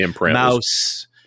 mouse